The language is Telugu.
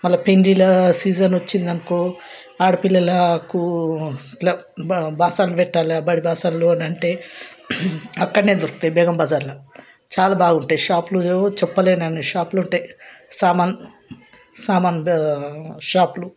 మళ్ళ పెండ్లిల్ల సీజన్ వచ్చిందనుకో ఆడపిల్లలకు ఇట్లా బాసన్ పెట్టాలా బడి బాసన్లు అని అంటే అక్కడే దొరుకుతాయి బేగంబజార్ల చాలా బాగుంటాయి షాప్లు చెప్పలేనని షాపులు ఉంటాయి సామాను సామాను షాపులు